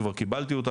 שכבר קיבלתי אותה,